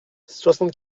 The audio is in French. soixante